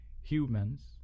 humans